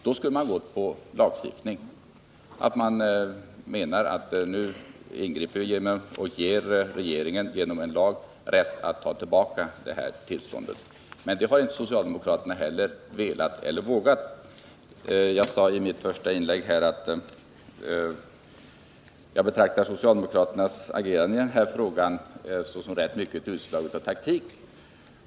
Då skulle man ha föreslagit lagstiftning och sagt att nu ger vi genom en lag regeringen rätt att ta tillbaka detta tillstånd. Men det har inte socialdemokraterna velat eller vågat. I mitt första inlägg sade jag att jag betraktar socialdemokraternas agerande i denna fråga såsom rätt mycket ett utslag av taktik.